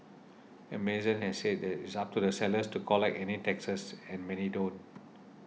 Amazon has said it's up to the sellers to collect any taxes and many don't